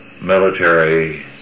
military